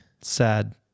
Sad